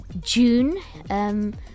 June